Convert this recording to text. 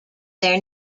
their